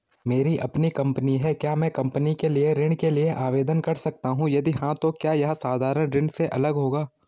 मेरी अपनी कंपनी है क्या मैं कंपनी के लिए ऋण के लिए आवेदन कर सकता हूँ यदि हाँ तो क्या यह साधारण ऋण से अलग होगा?